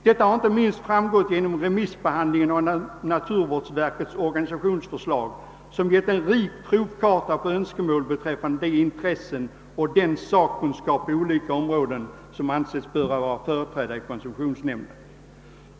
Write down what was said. Detta har framgått inte minst vid remissbehandlingen av naturvårdsverkets organisationsförslag, som givit en rik provkarta på önskemål beträffande de intressen och den sakkunskap som på olika områden ansetts böra vara företrädda i koncessionsnämnden.